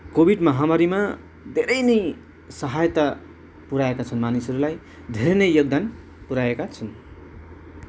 covid महामारीमा धेरै नै सहायता पुऱ्याएका छन् मानिसहरूलाई धेरै नै योगदान पुऱ्याएका छन्